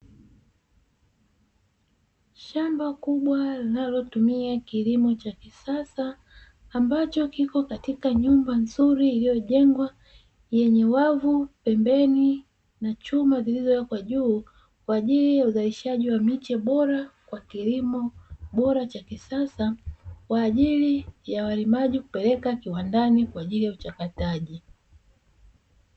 Shamba kubwa linalotumia kilimo cha kisasa; ambacho kipo katika nyumba nzuri iliyojengwa yenye wavu pembeni na chuma zilizowekwa juu, kwa ajili ya uzalishaji wa miche bora kwa kilimo bora cha kisasa; kwa ajili ya walimaji kupeleka kiwandani kwa ajili ya uchakataji.